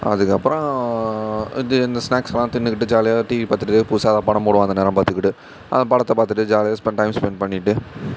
அதுக்கப்புறம் வந்து இந்த ஸ்நாக்ஸெலாம் தின்றுக்கிட்டு ஜாலியாக டிவி பார்த்துட்டு ஏதாவது புதுசா படம் போடுவான் அந்த நேரம் பார்த்துக்கிட்டு அந்த படத்தை பார்த்துகிட்டே ஜாலியாக ஸ்பெண்ட் டைம் ஸ்பெண்ட் பண்ணிட்டு